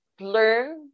learn